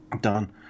done